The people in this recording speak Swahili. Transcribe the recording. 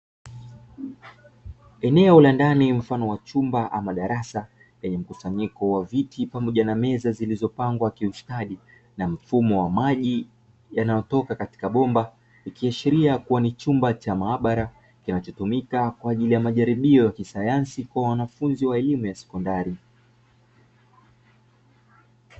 Eneo la ndani mfano wa chumba ama darasa, lenye mkusanyiko wa viti pamoja na meza zilizo pangwa kiustadi na mfumo wa maji yanayotoka katika bomba, ikiashiria kuwa ni chumba cha maabara kinachotumika kwa ajili ya majaribio ya kisayansi kwa wanafunzi wa elimu ya sekondari.